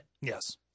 Yes